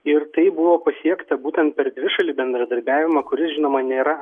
ir tai buvo pasiekta būtent per dvišalį bendradarbiavimą kuris žinoma nėra